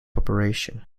operation